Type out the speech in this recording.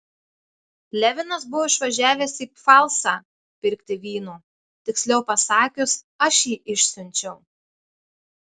levinas buvo išvažiavęs į pfalcą pirkti vyno tiksliau pasakius aš jį išsiunčiau